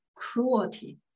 cruelty